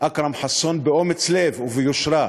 אכרם חסון, באומץ לב וביושרה,